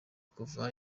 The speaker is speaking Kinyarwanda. kuva